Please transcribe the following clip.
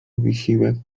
wysiłek